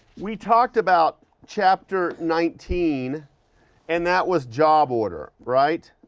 we talked about chapter nineteen and that was job order, right?